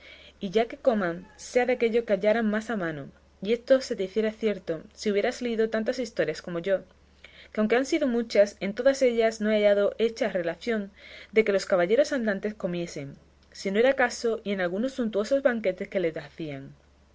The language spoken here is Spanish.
y ya que coman sea de aquello que hallaren más a mano y esto se te hiciera cierto si hubieras leído tantas historias como yo que aunque han sido muchas en todas ellas no he hallado hecha relación de que los caballeros andantes comiesen si no era acaso y en algunos suntuosos banquetes que les